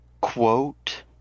quote